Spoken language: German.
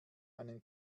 einen